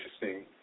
interesting